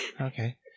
Okay